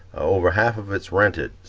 over half of its rented.